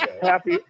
happy